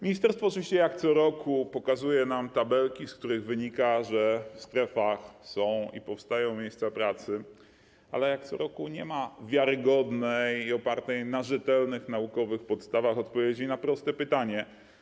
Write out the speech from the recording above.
Ministerstwo oczywiście jak co roku pokazuje nam tabelki, z których wynika, że w strefach są i powstają miejsca pracy, ale jak co roku nie ma wiarygodnej, opartej na rzetelnych naukowych podstawach odpowiedzi na proste pytanie: